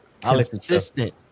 consistent